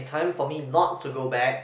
time for me not to go back